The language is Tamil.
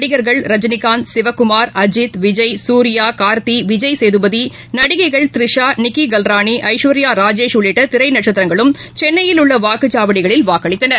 நடிகர்கள் ரஜினிகாந்த் சிவக்குமார் அஜித் விஜய் சூரியா கார்த்தி விஜய் சேதபதி நடிகைகள் திரிஷா நிக்கி கவ்ராணி ஐஸ்வா்யா ராஜேஷ் உள்ளிட்ட திரை நட்சத்திரங்களும் சென்னையில் உள்ள வாக்குச்சாவடிகளில் வாக்களித்தனர்